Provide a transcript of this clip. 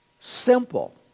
simple